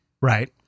right